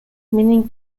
meaning